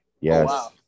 yes